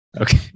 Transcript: Okay